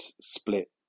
split